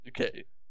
Okay